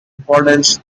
importance